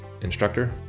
instructor